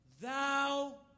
thou